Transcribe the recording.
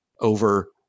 over